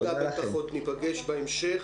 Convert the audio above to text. בטח עוד ניפגש בהמשך.